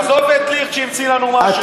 עזוב את ליכט שהמציא לנו משהו.